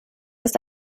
ist